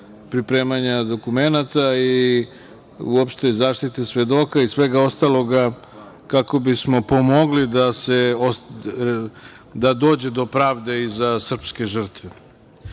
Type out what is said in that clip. pripremanja dokumenata i uopšte zaštite svedoka i svega ostaloga kako bi smo pomogli da dođe do pravde i za srpske žrtve. Kao